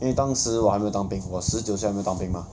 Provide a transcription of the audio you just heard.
因为当时我还没有当兵我十九岁还没有当兵 mah